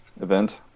event